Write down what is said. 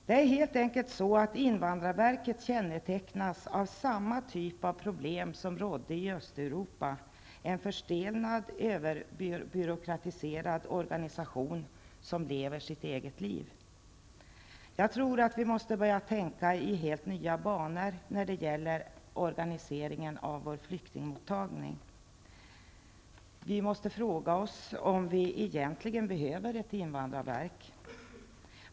Det är helt enkelt så, att invandrarverket kännetecknas av samma typ av problem som rådde i Östeuropa -- en förstelnad, överbyråkratiserad organisation som lever sitt eget liv. Jag tror att vi måste börja tänka i nya banor när det gäller organiseringen av vårt flyktingmottagande. Behöver vi egentligen ett invandrarverk?